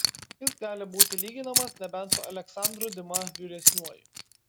jis gali būti lyginamas nebent su aleksandru diuma vyresniuoju